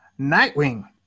Nightwing